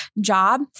job